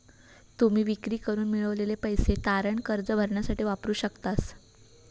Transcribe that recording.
तुम्ही विक्री करून मिळवलेले पैसे तारण कर्ज भरण्यासाठी वापरू शकतास